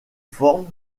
formes